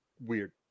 weird